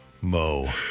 Mo